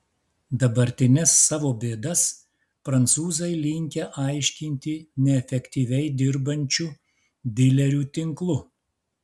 dabartines savo bėdas prancūzai linkę aiškinti neefektyviai dirbančiu dilerių tinklu